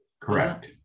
Correct